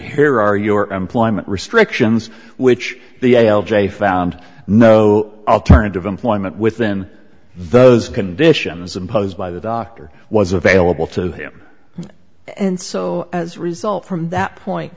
here are your employment restrictions which the a l j found no alternative employment within those conditions imposed by the doctor was available to him and so as a result from that point